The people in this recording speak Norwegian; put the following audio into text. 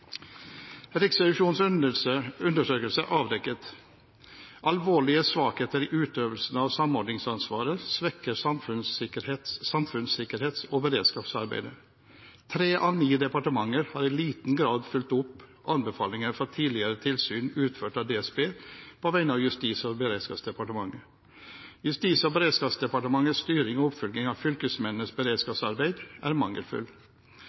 Riksrevisjonens undersøkelse avdekket følgende: Alvorlige svakheter i utøvelsen av samordningsansvaret svekker samfunnssikkerhets- og beredskapsarbeidet. Tre av ni departementer har i liten grad fulgt opp anbefalinger fra tidligere tilsyn utført av DSB på vegne av Justis- og beredskapsdepartementet. Justis- og beredskapsdepartementets styring og oppfølging av fylkesmennenes beredskapsarbeid er mangelfull.